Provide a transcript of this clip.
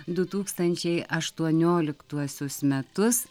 du tūkstančiai aštuonioliktuosius metus